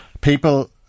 people